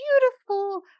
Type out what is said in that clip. beautiful